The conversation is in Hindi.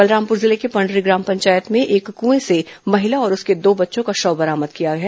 बलरामपुर जिले के पंडरी ग्राम पंचायत में एक कृए से महिला और उसके दो बच्चों का शव बरामद किया गया है